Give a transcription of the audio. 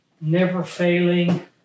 never-failing